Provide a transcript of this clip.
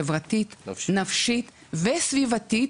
חברתית, נפשית וסביבתית.